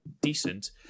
decent